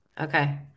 Okay